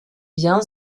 bien